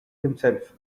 himself